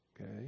Okay